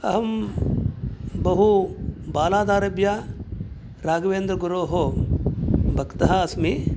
अहं बहुबालादारभ्य राघवेन्द्रगुरोः भक्तः अस्मि